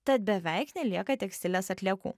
tad beveik nelieka tekstilės atliekų